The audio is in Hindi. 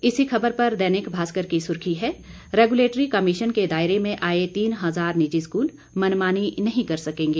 इसी खबर पर दैनिक भास्कर की सुर्खी है रेगुलेटरी कमीशन को दायरे में आए तीन हजार निजी स्कूल मनमानी नहीं कर सकेंगे